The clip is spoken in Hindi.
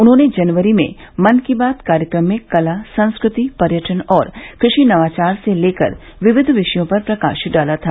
उन्होंने जनवरी मे मन की बात कार्यक्रम में कला संस्कृति पर्यटन और कृषि नवाचार से लेकर विविध विषयों पर प्रकाश डाला था